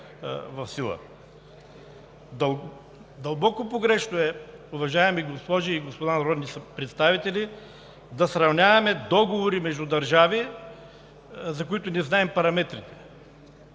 в сила. Дълбоко погрешно е, уважаеми госпожи и господа народни представители, да сравняваме договорите между държави, на които не знаем параметрите.